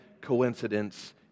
coincidence